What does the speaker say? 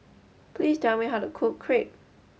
please tell me how to cook Crepe